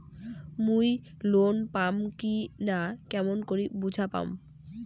মুই লোন পাম কি না কেমন করি বুঝা পাম?